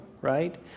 right